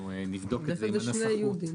זה דווקא נראה לי הסדר מאוד טוב, חדשני אפילו.